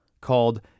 called